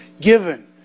given